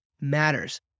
matters